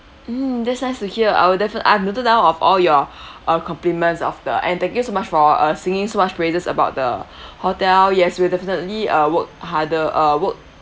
mm that's nice to hear I'll definit~ I've noted down of all your uh compliments of the and thank you so much for uh singing so much praises about the hotel yes we'll definitely uh work harder uh work